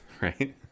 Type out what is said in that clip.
right